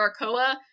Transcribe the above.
Arakoa